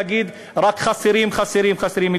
להגיד רק: חסרים חסרים חסרים,